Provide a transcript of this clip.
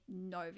no